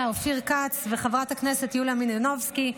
אופיר כץ וחברת הכנסת יוליה מלינובסקי,